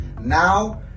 now